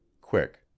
quick